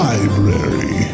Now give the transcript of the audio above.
Library